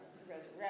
resurrection